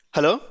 Hello